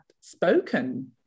spoken